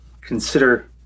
consider